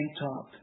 top